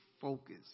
focus